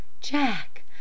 Jack